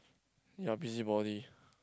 you are busybody